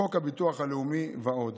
חוק הביטוח הלאומי ועוד.